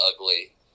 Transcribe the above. ugly